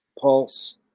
pulse